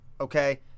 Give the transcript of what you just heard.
okay